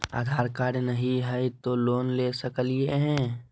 आधार card नही हय, तो लोन ले सकलिये है?